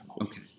okay